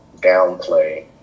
downplay